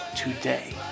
today